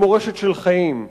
היא מורשת של חיים,